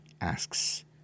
asks